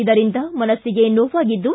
ಇದರಿಂದ ಮನ್ಸಿಗೆ ನೋವಾಗಿದ್ದು